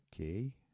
Okay